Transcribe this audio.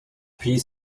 piece